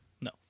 No